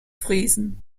friesen